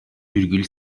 virgül